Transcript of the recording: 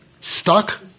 stuck